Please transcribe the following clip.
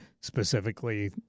specifically